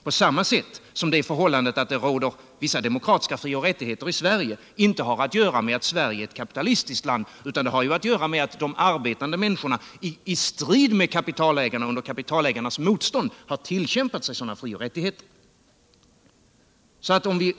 På samma sätt har det förhållandet att vi har vissa demokratiska fri och rättigheter i Sverige inte alt göra mec att Sverige är ett kapitalistiskt land. utan det har att göra med att de arbetande människorna i strid med kapitalägarna och under deras motstånd har tillkämpat sig sådana fri och rättigheter.